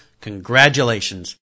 congratulations